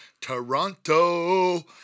Toronto